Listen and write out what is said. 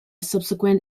subsequent